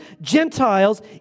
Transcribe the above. Gentiles